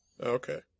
Okay